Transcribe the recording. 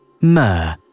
Myrrh